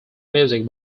music